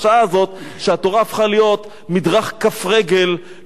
שהתורה הפכה להיות מדרך כף רגל לכל זב חוטם.